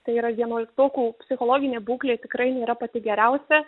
tai yra vienuoliktokų psichologinė būklė tikrai nėra pati geriausia